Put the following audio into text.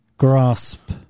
grasp